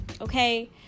okay